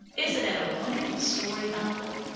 isn't it a wonderful story, uncle?